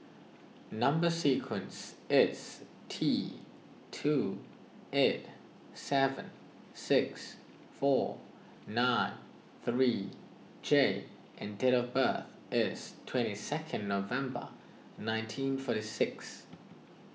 Number Sequence is T two eight seven six four nine three J and date of birth is twenty second November nineteen forty six